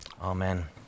Amen